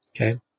Okay